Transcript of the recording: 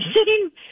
sitting